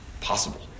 possible